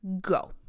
go